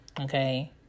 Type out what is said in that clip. Okay